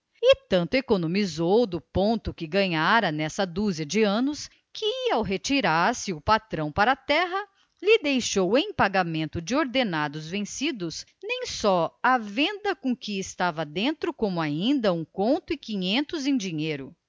tanto economizou do pouco que ganhara nessa dúzia de anos que ao retirar-se o patrão para a terra lhe deixou em pagamento de ordenados vencidos nem só a venda com o que estava dentro como ainda um conto e quinhentos em dinheiro